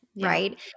right